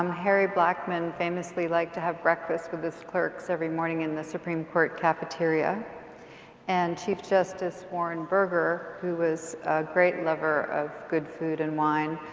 um harry blackman famously liked to have breakfast with his clerks every morning in the supreme court cafeteria and chief justice warren berger, who was a great lover of good food and wine,